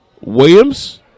Williams